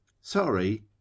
Sorry